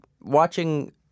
watching